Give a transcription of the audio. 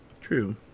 True